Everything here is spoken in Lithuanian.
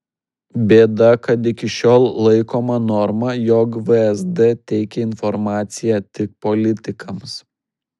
bėda kad iki šiol laikoma norma jog vsd teikia informaciją tik politikams